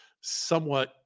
somewhat